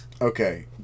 Okay